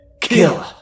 Kill